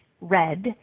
red